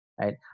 right